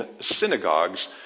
synagogues